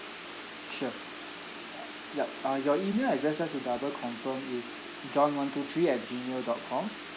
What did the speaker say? sure yup uh your email address just to double confirm is john one two three at G mail dot com